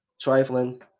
trifling